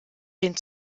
den